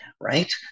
right